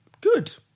good